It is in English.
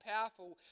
powerful